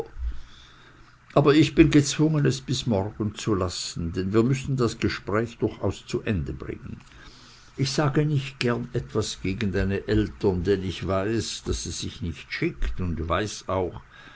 aber ich bin gezwungen es bis morgen zu lassen denn wir müssen das gespräch durchaus zu ende bringen ich sage nicht gern etwas gegen deine eltern denn ich weiß daß es sich nicht schickt und weiß auch